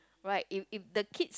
right if if the kids